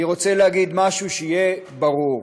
אני רוצה להגיד משהו, שיהיה ברור: